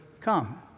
come